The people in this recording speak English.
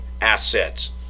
assets